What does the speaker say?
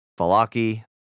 Falaki